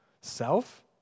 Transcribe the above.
Self